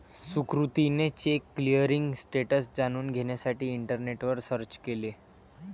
सुकृतीने check clearing status जाणून घेण्यासाठी इंटरनेटवर सर्च केले